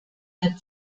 der